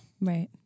Right